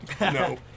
No